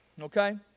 Okay